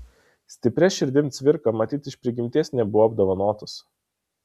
stipria širdim cvirka matyt iš prigimties nebuvo apdovanotas